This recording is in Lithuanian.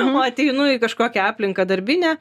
o ateinu į kažkokią aplinką darbinę